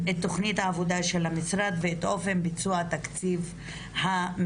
את תכנית העבודה של המשרד ואת אופן ביצוע תקציב המשרד.